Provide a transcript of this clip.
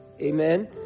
Amen